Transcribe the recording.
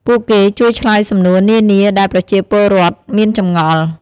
ពួកគេជួយឆ្លើយសំណួរនានា ដែលប្រជាពលរដ្ឋមានចម្ងល់។